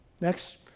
Next